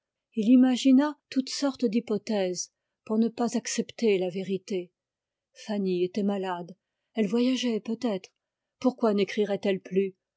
il imagina toutes sortes d'hypothèses pour ne pas accepter la vérité fanny était malade elle voyageait peut-être pourquoi nécrirait elle plus